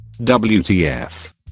WTF